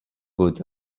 good